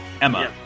Emma